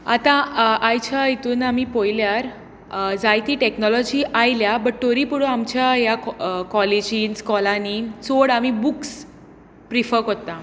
आतां आयच्या हितून आमी पळयल्यार जायती टॅक्नोलॉजी आयल्या बट तरी पूण आमच्या ह्या कॉ कॉलेजीन स्कॉलांनी चड आमी बुक्स प्रिफर करता